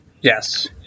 Yes